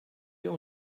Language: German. wer